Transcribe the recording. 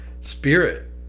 spirit